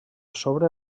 sobre